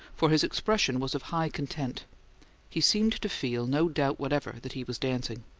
for his expression was of high content he seemed to feel no doubt whatever that he was dancing.